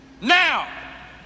Now